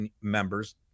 members